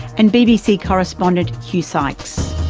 and bbc correspondent hugh sykes.